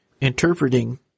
interpreting